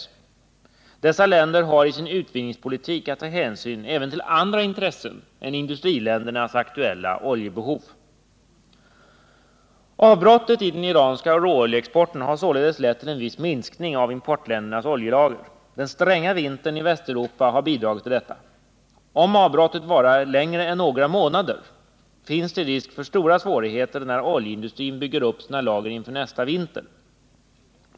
Om oljeförsörjning Dessa länder har i sin utvinningspolitik att ta hänsyn även till andra intressen — en än industriländernas aktuella oljebehov. Avbrottet i den iranska råoljeexporten har således lett till en viss minskning av importländernas oljelager. Den stränga vintern i Västeuropa har bidragit härtill. Om avbrottet varar längre än några månader finns det risk för stora svårigheter när oljeindustrin bygger upp sina lager inför nästa vinter.